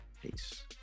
peace